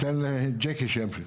אני אתן לג'קי שימשיך.